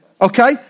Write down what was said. Okay